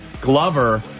Glover